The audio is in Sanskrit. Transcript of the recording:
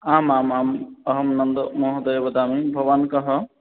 आम् आम् आम् अहं नन्दमहोदयः वदामि भवान् कः